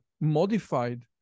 modified